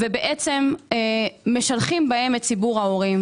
בעצם משלחים בהן את ציבור ההורים